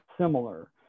similar